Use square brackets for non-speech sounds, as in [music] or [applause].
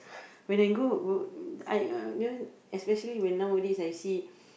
when I go [noise] I uh especially when nowadays I see